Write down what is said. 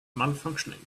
malfunctioning